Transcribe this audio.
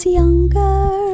younger